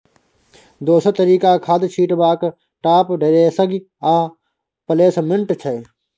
दोसर तरीका खाद छीटबाक टाँप ड्रेसिंग आ प्लेसमेंट छै